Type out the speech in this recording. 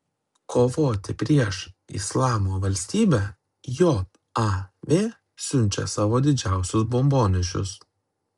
kovoti prieš islamo valstybę jav siunčia savo didžiausius bombonešius